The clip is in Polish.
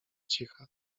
cicha